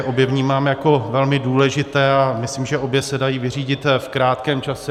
Obě vnímám jako velmi důležité a myslím, že obě se dají vyřídit v krátkém čase.